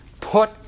put